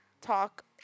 Talk